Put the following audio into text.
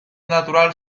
natural